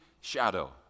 shadow